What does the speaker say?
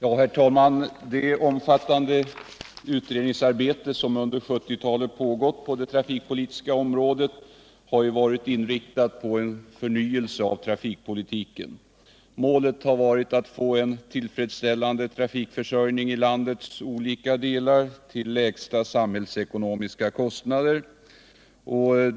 Herr talman! Det mycket omfattande utredningsarbete som under 1970 talet pågått på det trafikpolitiska området har varit inriktat på en förnyelse av trafikpolitiken. Målet har varit att få en tillfredsställande trafikförsörjning i landets olika delar till lägsta samhällsekonomiska kostnader.